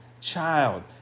child